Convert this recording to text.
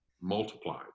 multiplied